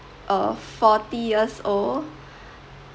uh forty years old